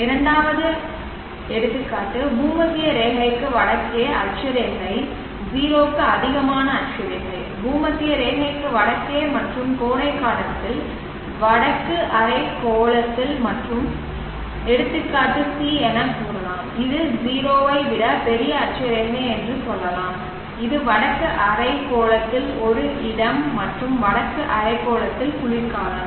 இரண்டாவது வழக்கு பூமத்திய ரேகைக்கு வடக்கே அட்சரேகை 0 க்கும் அதிகமான அட்சரேகை பூமத்திய ரேகைக்கு வடக்கே மற்றும் கோடைகாலத்தில் வடக்கு அரைக்கோளத்தில் மற்றும் கேஸ் சி எனக் கூறலாம் இது 0 ஐ விட பெரிய அட்சரேகை என்று சொல்லலாம் இது வடக்கு அரைக்கோளத்தில் ஒரு இடம் மற்றும் வடக்கு அரைக்கோளத்தில் குளிர்காலம்